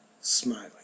smiling